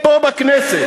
פה בכנסת.